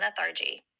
lethargy